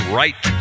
right